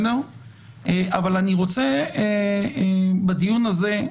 אבל בדיון הזה,